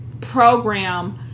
program